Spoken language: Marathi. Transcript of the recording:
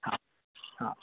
हां हां